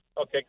Okay